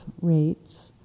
rates